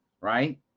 right